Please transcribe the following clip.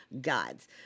gods